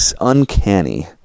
Uncanny